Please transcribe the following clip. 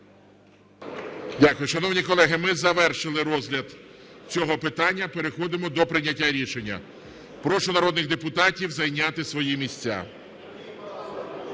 Дякую. Шановні колеги, ми завершили розгляд цього питання. Переходимо до прийняття рішення. Прошу народних депутатів зайняти свої місця.